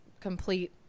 complete